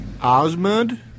Osmond